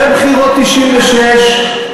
בבחירות 1996,